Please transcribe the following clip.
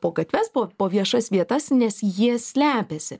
po gatves po po viešas vietas nes jie slepiasi